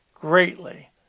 greatly